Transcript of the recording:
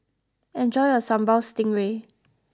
enjoy your Sambal Stingray